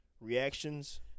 reactions